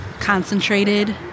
concentrated